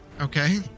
Okay